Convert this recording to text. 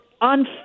on